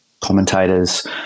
commentators